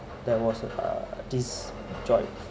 there was uh this joy